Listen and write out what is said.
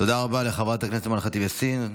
תודה רבה לחברת הכנסת אימאן ח'טיב יאסין.